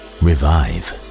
revive